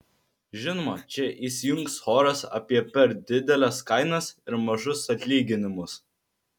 žinoma čia įsijungs choras apie per dideles kainas ir mažus atlyginimus